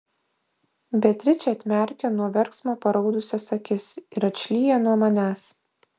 beatričė atmerkia nuo verksmo paraudusias akis ir atšlyja nuo manęs